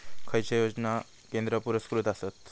खैचे योजना केंद्र पुरस्कृत आसत?